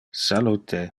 salute